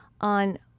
on